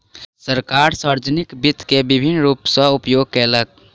सरकार, सार्वजानिक वित्त के विभिन्न रूप सॅ उपयोग केलक